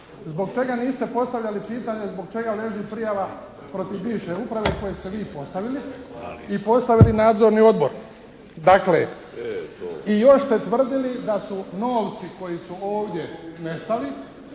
Zbog čega niste postavljali pitanje zbog čega leži prijava protiv bivše uprave koje ste vi postavili i postavili nadzorni odbor. Dakle i još ste tvrdili da su novci koji su ovdje nestali